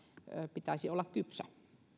pitäisi olla kypsä